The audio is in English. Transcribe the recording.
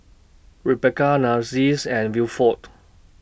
Rebeca Nancies and Wilford